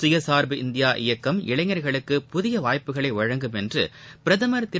சுயசா்பு இந்தியா இயக்கம் இளைஞர்களுக்கு புதிய வாய்ப்புகளை வழங்கும் என்று பிரதமா் திரு